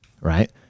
right